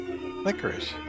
Licorice